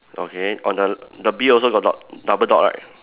okay on the the B also got dot double dot right